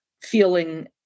feeling